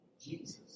Jesus